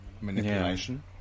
manipulation